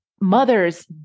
mothers